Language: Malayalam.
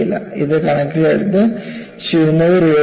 ഇത് കണക്കിലെടുത്ത് ശൂന്യത രൂപപ്പെടുന്നു